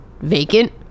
vacant